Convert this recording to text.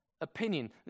opinion